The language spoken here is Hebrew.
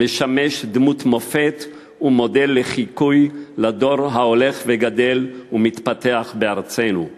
משמש דמות מופת ומודל חיקוי לדור ההולך וגדל ומתפתח בארצנו,